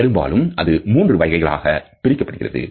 பெரும்பாலும் அது மூன்று வகைகளாக பிரிக்கப்படுகிறது